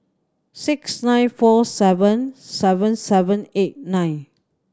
six nine four seven seven seven eight nine